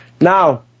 Now